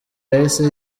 yahise